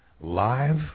live